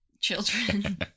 children